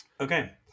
okay